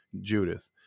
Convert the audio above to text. Judith